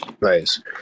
Nice